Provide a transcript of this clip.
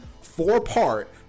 four-part